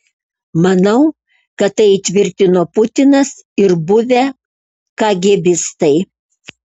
manau kad tai įtvirtino putinas ir buvę kagėbistai